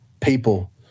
people